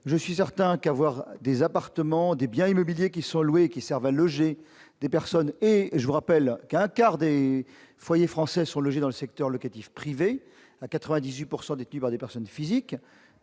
le fait de posséder des appartements, des biens immobiliers qui sont loués et qui servent à loger des personnes- je vous rappelle qu'un quart des foyers français sont logés dans le secteur locatif privé, à 98 % détenu par des personnes physiques